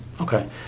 Okay